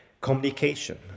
communication